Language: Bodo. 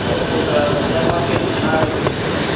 औ केसयाबा मा केस माबादिमोन बेबा